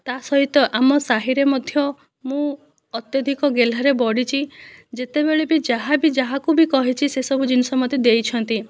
ତା' ସହିତ ଆମ ସାହିରେ ମଧ୍ୟ ମୁଁ ଅତ୍ୟଧିକ ଗେହ୍ଲା ରେ ବଢ଼ିଛି ଯେତେବେଳେ ବି ଯାହାବି ଯାହାକୁ ବି କହିଛି ସେ ସବୁ ଜିନିଷ ମୋତେ ଦେଇଛନ୍ତି